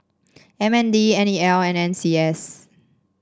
M N D N E L and N C S